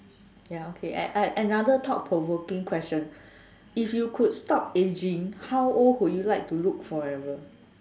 ya okay and and another thought provoking question if you could stop ageing how old would you like to look forever